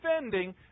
defending